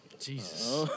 Jesus